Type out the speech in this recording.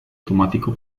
automático